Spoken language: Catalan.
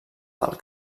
del